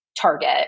Target